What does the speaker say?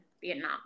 Vietnam